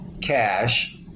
cash